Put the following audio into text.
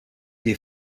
des